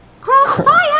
crossfire